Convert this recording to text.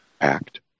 act